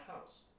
house